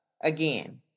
again